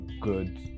good